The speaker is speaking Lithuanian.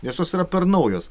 nes jos yra per naujos